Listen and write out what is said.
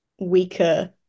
weaker